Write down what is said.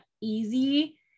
easy